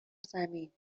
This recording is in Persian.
زمین